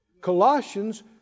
Colossians